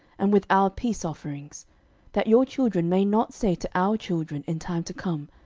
and with our peace offerings that your children may not say to our children in time to come,